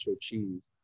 cheese